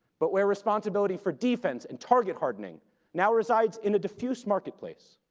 but where responsibility for defense and target hardening now resides in a diffuse marketplace,